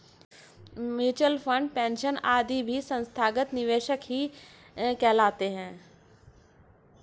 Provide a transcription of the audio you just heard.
mutual fund, pension आदि भी संस्थागत निवेशक ही कहलाते हैं